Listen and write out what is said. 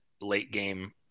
late-game